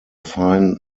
fine